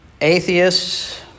atheists